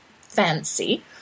fancy